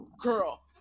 Girl